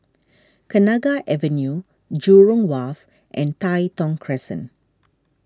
Kenanga Avenue Jurong Wharf and Tai Thong Crescent